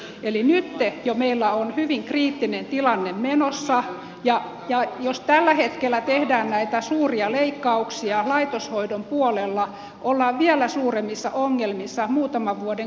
eli nyt jo meillä on hyvin kriittinen tilanne menossa ja jos tällä hetkellä tehdään näitä suuria leikkauksia laitoshoidon puolella ollaan vielä suuremmissa ongelmissa muutaman vuoden kuluttua